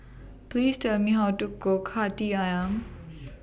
Please Tell Me How to Cook Hati Ayam